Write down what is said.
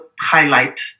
highlight